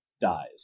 dies